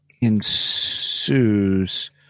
ensues